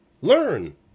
Learn